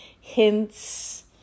hints